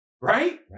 Right